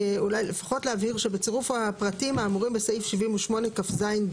לפחות להבהיר שבצירוף הפרטים האמורים בסעיף 78כז(ג),